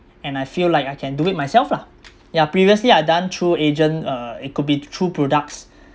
and I feel like I can do it myself lah yeah previously I've done through agent uh it could be through products